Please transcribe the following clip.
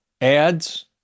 ads